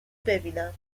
ببینم